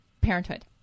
parenthood